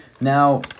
Now